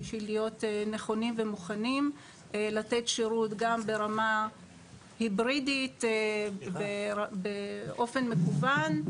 בשביל להיות נכונים ומוכנים לתת שירות גם ברמה היברידית באופן מקוון,